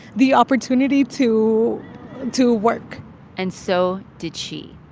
the opportunity to to work and so did she.